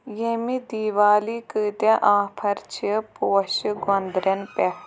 ییٚمہِ دیٖوالی کۭتیٛاہ آفر چھِ پوشہِ گۄندرٮ۪ن پٮ۪ٹھ